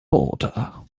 border